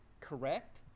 correct